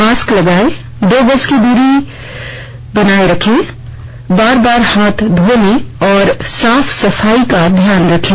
mask लगायें दो गज की सुरक्षित दूरी बनाये रखें बार बार हाथ धोने और साफ सफाई का ध्यान रखें